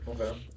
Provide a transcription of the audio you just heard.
Okay